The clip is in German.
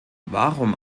warum